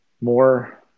more